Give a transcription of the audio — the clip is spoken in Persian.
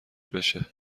بشه